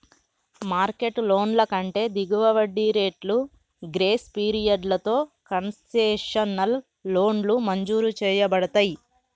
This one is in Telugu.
మార్కెట్ లోన్ల కంటే దిగువ వడ్డీ రేట్లు, గ్రేస్ పీరియడ్లతో కన్సెషనల్ లోన్లు మంజూరు చేయబడతయ్